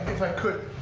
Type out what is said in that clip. if i could,